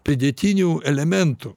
pridėtinių elementų